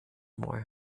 more